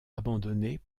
abandonnés